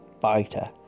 fighter